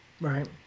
right